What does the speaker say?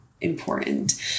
important